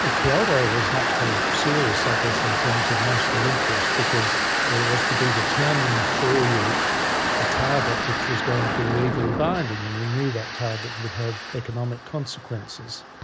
kyoto was much more serious i guess in terms of national interest because there was to be determined for you a target which was going to be legally binding, and you knew that target would have economic consequences.